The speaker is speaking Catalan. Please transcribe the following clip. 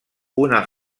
una